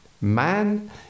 Man